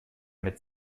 mit